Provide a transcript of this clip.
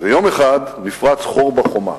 יום אחד נפרץ חור בחומה.